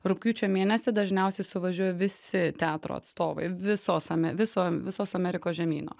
rugpjūčio mėnesį dažniausiai suvažiuoja visi teatro atstovai visos ame viso visos amerikos žemyno